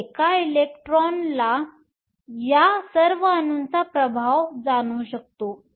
आणि एका इलेक्ट्रॉनला या सर्व अणूंचा प्रभाव जाणवू शकतो